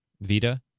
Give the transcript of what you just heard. Vita